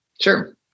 Sure